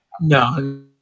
No